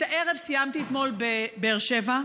את הערב סיימתי אתמול בבאר שבע,